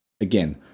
again